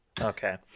Okay